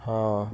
ହଁ